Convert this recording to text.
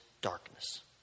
darkness